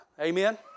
Amen